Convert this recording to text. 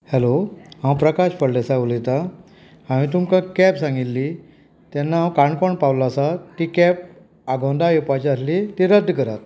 hello हांव प्रकाश फळदेसाय उलयतां हांवें तुमकां कॅब सांगिल्ली तेन्ना हांव काणकोण पाविल्लों आसा ती कॅब आगोंदा येवपाची आसली ती रद्द करात